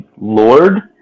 lord